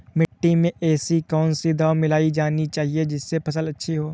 मिट्टी में ऐसी कौन सी दवा मिलाई जानी चाहिए जिससे फसल अच्छी हो?